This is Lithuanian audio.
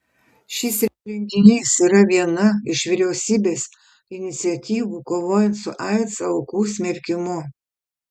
šis renginys yra viena iš vyriausybės iniciatyvų kovojant su aids aukų smerkimu